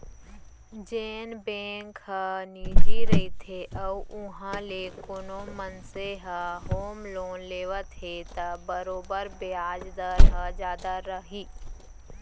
जेन बेंक ह निजी रइथे अउ उहॉं ले कोनो मनसे ह होम लोन लेवत हे त बरोबर बियाज दर ह जादा रही